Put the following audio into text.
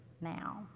now